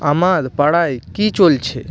আমার পাড়ায় কী চলছে